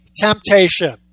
temptation